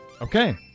Okay